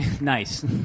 nice